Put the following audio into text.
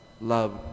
love